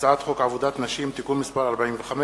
הצעת חוק עבודת נשים (תיקון מס' 45),